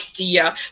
idea